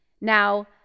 Now